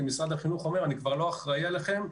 משרד החינוך אומר אנחנו כבר לא אחראי עליכם,